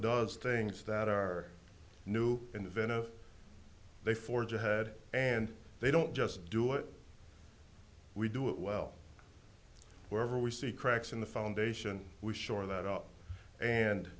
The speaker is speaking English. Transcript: does things that are new in the venice they forge ahead and they don't just do it we do it well wherever we see cracks in the foundation we shore that up and